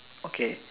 okay